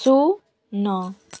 ଶୂନ